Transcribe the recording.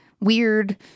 weird